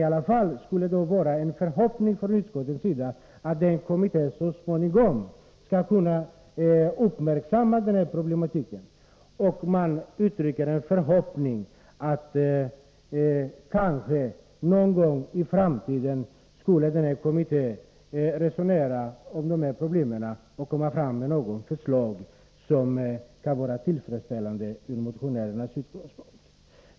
Utskottet hyser dock förhoppningen att den här kommittén så småningom skall uppmärksamma problematiken och någon gång i framtiden lägga fram förslag som kan vara tillfredsställande ur motionärernas synpunkt.